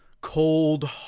cold